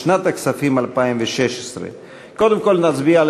לשנת הכספים 2016. קודם כול נצביע על